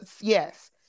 Yes